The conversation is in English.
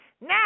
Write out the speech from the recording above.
Now